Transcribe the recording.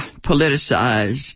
politicized